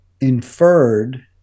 inferred